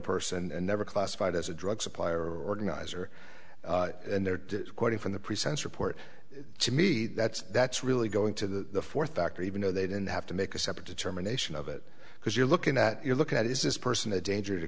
person and never classified as a drug supplier or organizer and they're quoting from the present report to me that's that's really going to the fourth factor even though they didn't have to make a separate determination of it because you're looking that you look at is this person a danger to